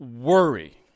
worry